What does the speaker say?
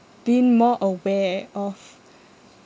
been more aware of